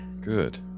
Good